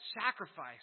sacrifice